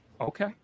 Okay